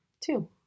Two